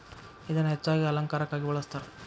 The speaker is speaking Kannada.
ಇದನ್ನಾ ಹೆಚ್ಚಾಗಿ ಅಲಂಕಾರಕ್ಕಾಗಿ ಬಳ್ಸತಾರ